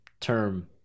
term